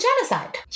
genocide